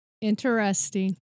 interesting